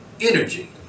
energy